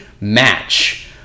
match